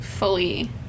fully